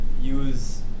use